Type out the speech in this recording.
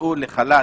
שהוצאו לחל"ת